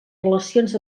relacions